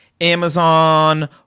Amazon